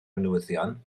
newyddion